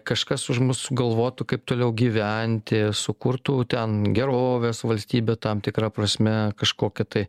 kažkas už mus sugalvotų kaip toliau gyventi sukurtų ten gerovės valstybę tam tikra prasme kažkokią tai